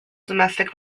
domestic